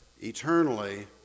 eternally